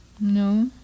No